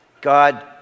God